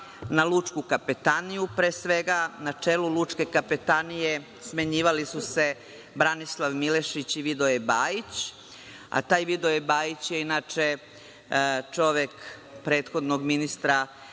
na Lučku kapetaniju, pre svega. Na čelu Lučke kapetanije smenjivali su se Branislav Milešić i Vidoje Bajić, a taj Vidoje Bajić je inače čovek prethodnog ministra